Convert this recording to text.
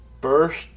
first